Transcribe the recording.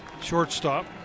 shortstop